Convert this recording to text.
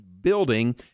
building